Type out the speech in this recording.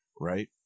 Right